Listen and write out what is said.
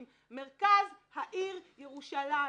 במרכז העיר ירושלים.